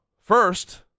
First